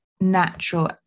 natural